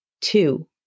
two